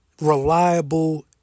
reliable